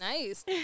Nice